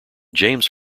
james